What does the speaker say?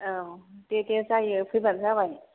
औ दे दे जायो फैब्लानो जाबाय